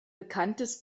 bekanntes